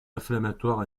inflammatoire